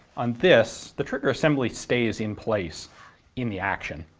on this the trigger assembly stays in place in the action.